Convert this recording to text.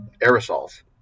aerosols